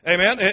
Amen